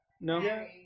No